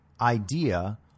idea